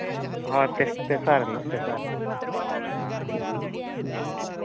ᱦᱳᱭ ᱛᱮᱥᱟᱨ ᱦᱤᱞᱳᱜ ᱛᱮᱥᱟᱨ ᱦᱤᱞᱳᱜ ᱦᱳᱭ